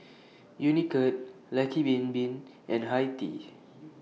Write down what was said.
Unicurd Lucky Bin Bin and Hi Tea